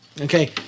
Okay